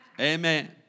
Amen